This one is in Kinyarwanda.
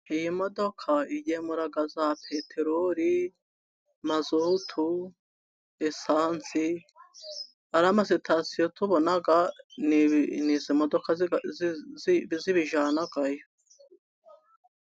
Iyi modoka igemura za peteroli, mazutu, esanse . Ariya ma sitasiyo tubona ni izi modoka zibijyanayo .